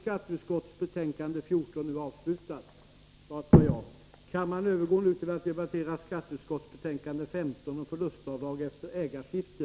Kammaren övergår nu till att debattera skatteutskottets betänkande 15 om förlustavdrag efter ägarskifte.